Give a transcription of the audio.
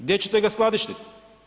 Gdje ćete ga skladištiti?